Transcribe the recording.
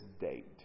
date